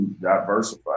diversify